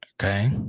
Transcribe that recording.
Okay